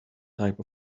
type